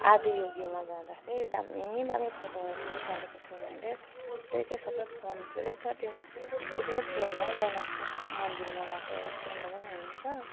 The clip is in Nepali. आदियोगीमा जाँदा चाहिँ दामी दामी फोटोहरू निकालेको छु मैले त्यही चाहिँ सबै फोनतिर छ त्यो त्यो पनि फ्रेममा बनाउँछु मन्दिरमा गएको एउटा चिनो पनि हुन्छ